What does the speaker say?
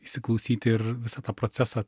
įsiklausyti ir visą tą procesą